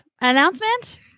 announcement